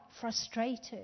frustrated